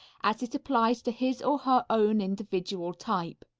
as it applies to his or her own individual type.